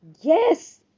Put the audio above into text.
Yes